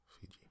Fiji